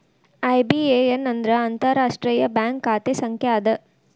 IBAN ಅಂದ್ರ ಅಂತಾರಾಷ್ಟ್ರೇಯ bank ಖಾತೆ ಸಂಖ್ಯಾ ಅದ